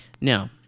Now